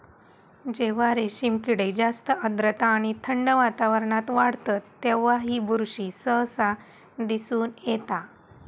जेव्हा रेशीम किडे जास्त आर्द्रता आणि थंड वातावरणात वाढतत तेव्हा ही बुरशी सहसा दिसून येता